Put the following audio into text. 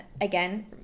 again